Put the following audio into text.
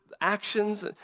actions